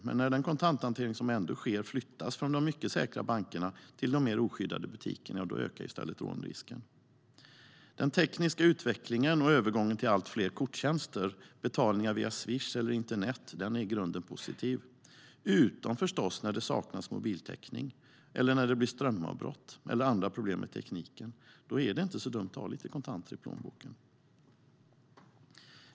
Men när den kontanthantering som ändå sker flyttas från de mycket säkra bankerna till de mer oskyddade butikerna ökar i stället rånrisken. Den tekniska utvecklingen och övergången till allt fler korttjänster och betalningar via Swish eller internet är i grunden positiv, utom förstås när det saknas mobiltäckning eller när det blir strömavbrott eller andra problem med tekniken. Då är det inte så dumt att ha lite kontanter i plånboken.